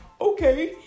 Okay